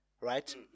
Right